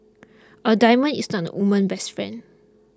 a diamond is not a woman's best friend